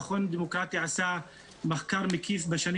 המכון לדמוקרטיה עשה מחקר מקיף בשנים